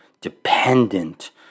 dependent